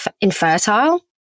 infertile